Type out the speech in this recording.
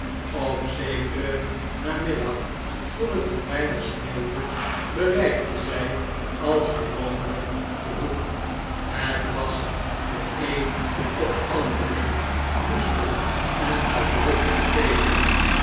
op zekeren namiddag toen het een weinig sneeuwde bereikte zij als gewoonljjk den hoek het was de een of andere woeste en luidruchtige feestdag